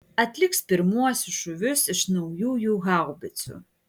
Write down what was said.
atliks pirmuosius šūvius iš naujųjų haubicų